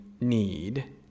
need